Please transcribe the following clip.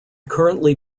currently